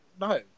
no